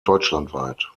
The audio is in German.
deutschlandweit